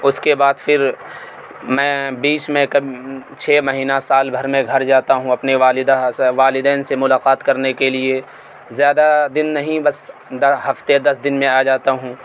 اس کے بعد پھر میں بیچ میں چھ مہینہ سال بھر میں گھر جاتا ہوں اپنے والدہ والدین سے ملاقات کرنے کے لیے زیادہ دن نہیں بس ہفتہ دس دن میں آ جاتا ہوں